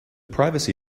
privacy